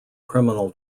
criminal